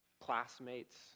classmates